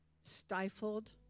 stifled